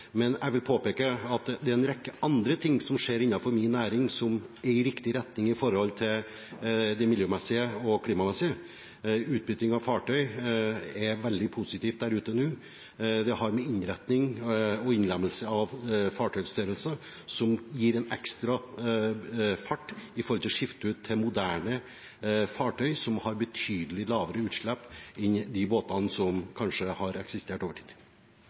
men jeg vil påpeke at det er en rekke andre ting som skjer innenfor min næring som er i riktig retning miljømessig og klimamessig. Utbytting av fartøy er veldig positivt der ute nå. Det har med innretning og innlemmelse av fartøystørrelser å gjøre, som gir en ekstra fart med hensyn til å skifte ut til moderne fartøy som har betydelig lavere utslipp enn de båtene som kanskje har eksistert